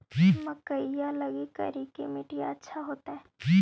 मकईया लगी करिकी मिट्टियां अच्छा होतई